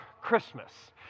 Christmas